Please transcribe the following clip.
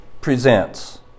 presents